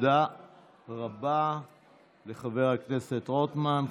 תודה רבה לחבר הכנסת רוטמן.